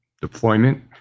deployment